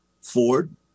Ford